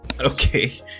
Okay